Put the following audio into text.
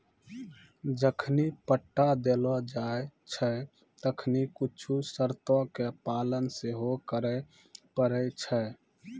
जखनि पट्टा देलो जाय छै तखनि कुछु शर्तो के पालन सेहो करै पड़ै छै